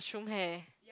mushroom hair